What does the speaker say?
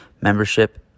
membership